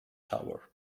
tower